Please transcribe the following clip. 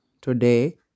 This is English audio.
today